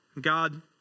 God